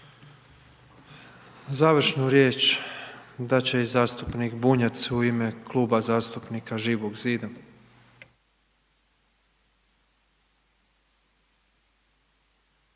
Završnu riječ dati će i zastupnik Bunjac, u ime Kluba zastupnika Živog zida.